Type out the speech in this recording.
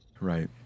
Right